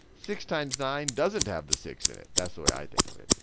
six times nine doesn't have the six in it. that's the way i think of it.